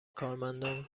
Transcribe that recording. کارمندان